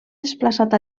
desplaçat